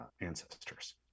ancestors